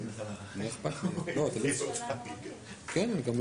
מתי יגיעו החיסונים והאם הם יגיעו בזמן, ולא כמו